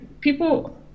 people